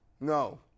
No